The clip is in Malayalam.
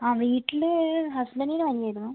അ വീട്ടില് ഹസ്ബൻറ്റിന് വന്നിരിന്നു